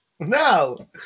No